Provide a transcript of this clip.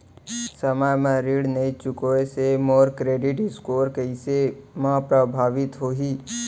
समय म ऋण नई चुकोय से मोर क्रेडिट स्कोर कइसे म प्रभावित होही?